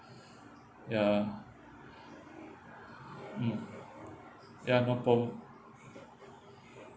ya mm ya no problem